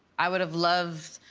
i would have loved,